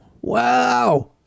Wow